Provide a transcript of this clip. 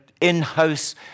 in-house